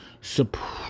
support